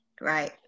right